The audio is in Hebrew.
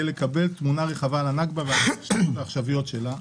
לקבל תמונה רחבה על הנכבה ועל ההשלכות העכשוויות שלה.